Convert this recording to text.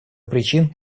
причин